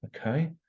Okay